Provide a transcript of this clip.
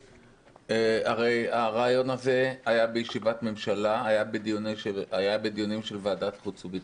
הרי הרעיון הזה היה בישיבת ממשלה ובדיונים של ועדת חוץ וביטחון.